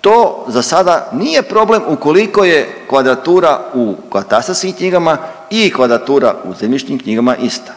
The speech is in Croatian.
to zasada nije problem ukoliko je kvadrata u katastarskim knjigama i kvadratura u zemljišnim knjigama ista.